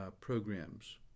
programs